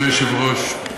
אדוני היושב-ראש,